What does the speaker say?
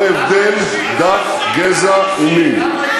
ללא הבדל דת, גזע ומין.